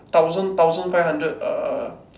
thousand thousand five hundred uh